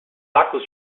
sacos